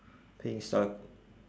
playing st~